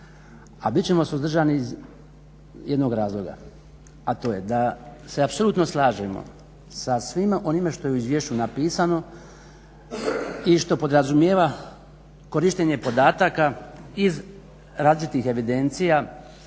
A bit ćemo suzdržani iz jednog razloga, a to je da se apsolutno slažemo sa svime onime što je u izvješću napisano i što podrazumijeva korištenje podataka iz različitih evidencija,